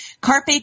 Carpe